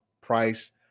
price